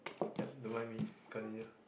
yup the one minute continue